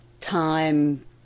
time